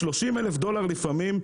30,000 דולר לפעמים,